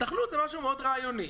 היתכנות זה משהו מאוד רעיוני.